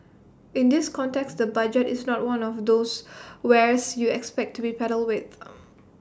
in this context the budget is not one of those wares you expect to be peddled with